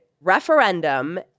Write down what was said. referendum